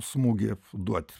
smūgį duoti